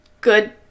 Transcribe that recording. good